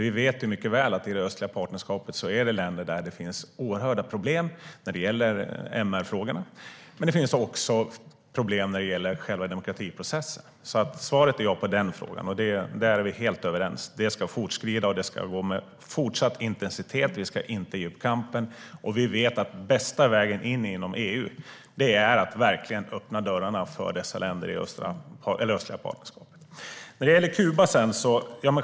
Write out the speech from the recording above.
Vi vet mycket väl att det i det östliga partnerskapet ingår länder där det finns oerhörda problem när det gäller MR-frågorna. Men det finns också problem med själva demokratiprocessen. Svaret på den frågan är ja. Där är vi helt överens. Arbetet ska fortskrida med fortsatt intensitet. Vi ska inte ge upp kampen. Bästa vägen in i EU är att verkligen öppna dörrarna för dessa länder i det östliga partnerskapet.